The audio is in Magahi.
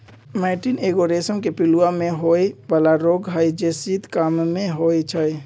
मैटीन एगो रेशम के पिलूआ में होय बला रोग हई जे शीत काममे होइ छइ